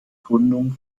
gründung